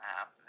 app